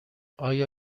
آیا